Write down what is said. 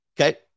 Okay